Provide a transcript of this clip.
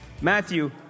Matthew